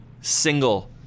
single